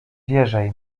wierzaj